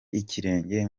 ikirenge